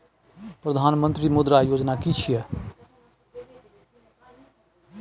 प्रधानमंत्री मुद्रा योजना कि छिए?